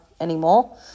anymore